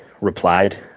replied